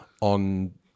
on